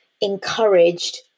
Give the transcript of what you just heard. encouraged